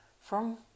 From